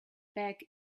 back